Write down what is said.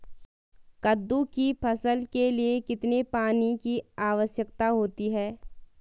कद्दू की फसल के लिए कितने पानी की आवश्यकता होती है?